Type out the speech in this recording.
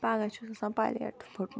پگہہ چھُس آسان پَلیٹ فُٹمُت